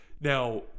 Now